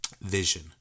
vision